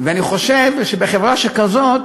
ואני חושב שבחברה שכזאת